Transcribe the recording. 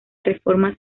reformas